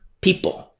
people